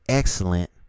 excellent